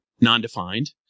non-defined